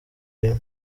rimwe